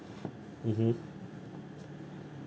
mmhmm